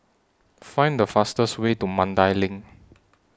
Find The fastest Way to Mandai LINK